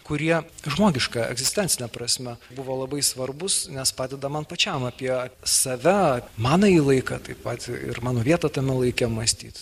kurie žmogiška egzistencine prasme buvo labai svarbūs nes padeda man pačiam apie save manąjį laiką taip pat ir mano vietą tame laike mąstyt